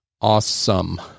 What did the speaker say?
awesome